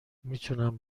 میتونم